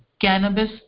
cannabis